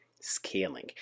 scaling